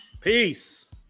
Peace